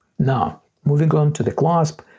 now moving on to the clasp.